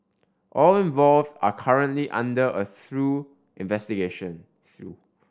all involved are currently under a through investigation